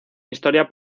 historia